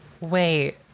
Wait